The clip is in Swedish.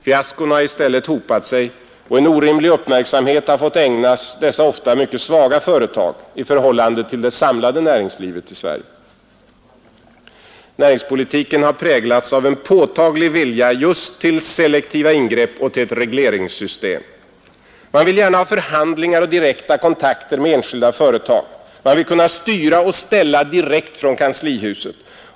Fiaskona har i stället hopat sig, och en orimlig uppmärksamhet har fått ägnas dessa ofta mycket svaga företag — i förhållande till det samlande näringslivet i Sverige. Näringspolitiken har präglats av en påtaglig vilja just till selektiva ingrepp och till ett regleringssystem. Man vill gärna ha förhandlingar och direkta kontakter med enskilda företag, man vill kunna styra och ställa direkt från kanslihuset.